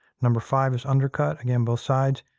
number five is undercut, again both sides.